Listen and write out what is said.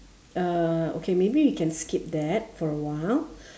uh okay maybe you can skip that for a while